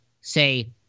say